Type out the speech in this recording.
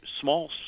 small